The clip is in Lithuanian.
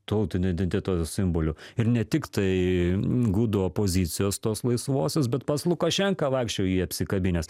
tautinio identiteto simboliu ir ne tik tai gudų opozicijos tos laisvosios bet pats lukašenka vaikščiojo jį apsikabinęs